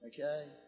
Okay